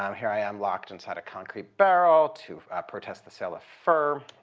um here i am locked inside a concrete barrel to protest the sale of fur.